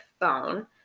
phone